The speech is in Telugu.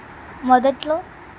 మొదట్లో